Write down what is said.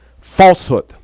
falsehood